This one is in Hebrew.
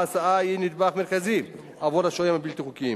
ההסעה היא נדבך מרכזי עבור השוהים הבלתי-חוקיים,